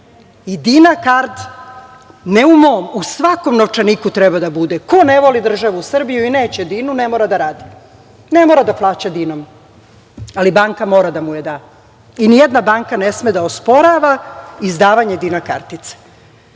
I Dina kard, ne u mom, u svakom novčaniku treba da bude. Ko ne voli državu Srbiju i neće Dinu, ne mora da radi. Ne mora da plaća Dinom, ali banka mora da mu je da i nijedna banka ne sme da osporava izdavanje Dina kartice. Koji